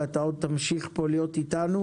ואתה עוד תמשיך פה להיות איתנו,